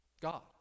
God